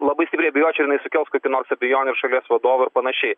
labai stipriai abejočiau ar jinai sukels kokių nors abejonių ir šalies vadovui ir panašiai